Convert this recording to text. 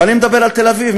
ואני מדבר על תל-אביב.